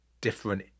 different